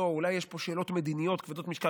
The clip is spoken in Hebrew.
אולי יש פה שאלות מדיניות כבדות משקל,